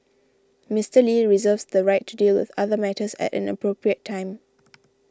Mister Lee reserves the right to deal with other matters at an appropriate time